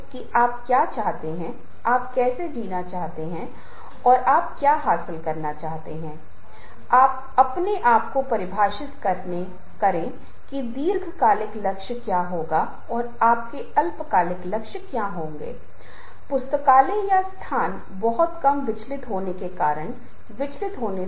यह बहुत स्पष्ट रूप से स्पष्ट है लेकिन वास्तव में यह वास्तव में इतना स्पष्ट हैहर जगह हम परिचय के बारे में बात करते हैं फिर बाकी पाठ और फिर निष्कर्ष क्या वे वास्तव में अभिन्न हैं हम इसे कैसे करते हैं जैसे ही हम आगे बढ़ रहे हैं ये सवाल हैं जिनका हम पता लगा रहे हैं आर्गेनाईजेशन ऑफ़ प्रेजेंटेशन' विभिन्न प्रकार का हो सकता है आप एक अलंकारिक प्रश्न का उपयोग कर सकते हैं आप सवाल और जवाब के बारे में बात कर सकते हैं